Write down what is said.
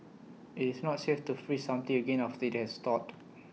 IT is not safe to freeze something again after IT has thawed